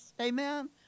Amen